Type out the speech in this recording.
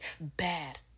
bad